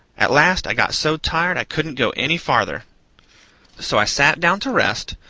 at last i got so tired i couldn't go any farther so i sat down to rest,